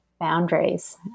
boundaries